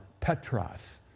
Petras